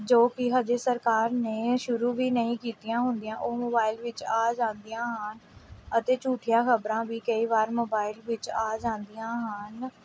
ਜੋ ਕਿ ਹਜੇ ਸਰਕਾਰ ਨੇ ਸ਼ੁਰੂ ਵੀ ਨਹੀਂ ਕੀਤੀਆਂ ਹੁੰਦੀਆਂ ਉਹ ਮੋਬਾਇਲ ਵਿੱਚ ਆ ਜਾਂਦੀਆਂ ਹਨ ਅਤੇ ਝੂਠੀਆਂ ਖਬਰਾਂ ਵੀ ਕਈ ਵਾਰ ਮੋਬਾਇਲ ਵਿੱਚ ਆ ਜਾਂਦੀਆਂ ਹਨ